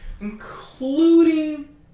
Including